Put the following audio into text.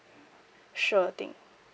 sure thing